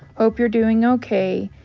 hope you're doing okay.